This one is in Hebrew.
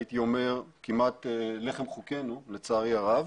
כמעט לחם חוקנו לצערי הרב.